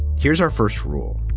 here's our first rule.